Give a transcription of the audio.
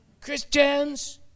Christians